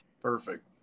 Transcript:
perfect